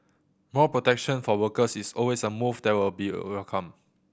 more protection for workers is always a move that will be welcomed